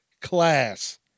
class